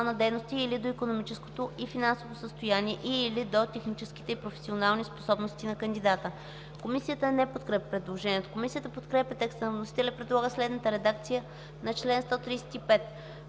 дейност и/или до икономическото и финансово състояние и/или до техническите и професионални способности на кандидата.” Комисията не подкрепя предложението. Комисията подкрепя текста на вносителя и предлага следната редакция на чл. 135: